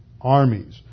armies